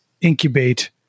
incubate